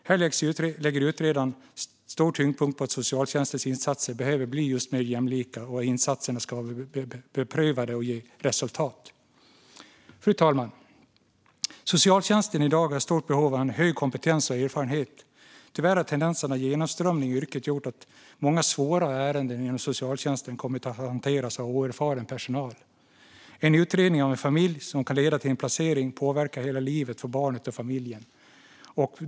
Här lägger utredaren stor tyngdpunkt på att socialtjänstens insatser behöver bli mer jämlika och att insatserna ska vara beprövade och ge resultat. Fru talman! Socialtjänsten har i dag ett stort behov av hög kompetens och erfarenhet. Tyvärr har tendensen av genomströmning i yrket gjort att många svåra ärenden inom socialtjänsten kommit att hanteras av oerfaren personal. En utredning av en familj kan leda till en placering som påverkar hela livet för barnet och familjen.